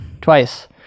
twice